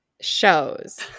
shows